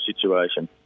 situation